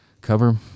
cover